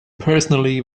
personally